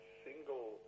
single